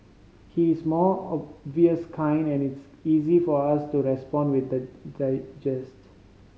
he is more obvious kind and it's easy for us to respond with the